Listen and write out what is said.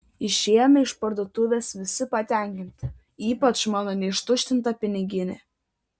išėjome iš parduotuvės visi patenkinti ypač mano neištuštinta piniginė